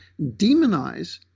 demonize